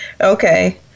Okay